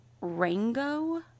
Rango